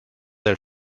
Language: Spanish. del